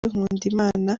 nkundimana